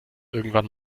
irgendwann